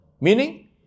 Meaning